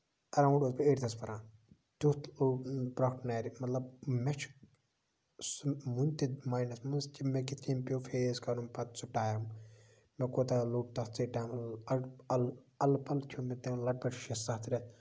around اوسُس بہٕ ایٹتھس پَران تیُتھ لوٚگ برکھ نَرِ مطلب مےٚ چھُ سُہ وٕنہِ تہِ ماینڈَس منٛز کہِ مےٚ کِتھ کَنۍ پیوٚو فیس کَرُن پَتہٕ سُہ ٹایم مےٚ کوتاہ لوٚگ تَتھ سۭتۍ ٹایم اَلہٕ اَلہٕ پَلہٕ کھیوٚو مےٚ تٔمۍ لگ بگ شیٚے سَتھ رٮ۪تھ